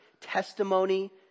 testimony